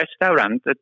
restaurant